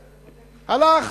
מ-1999, הלך.